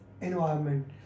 environment